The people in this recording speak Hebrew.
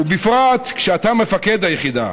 ובפרט כשאתה מפקד היחידה.